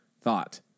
thought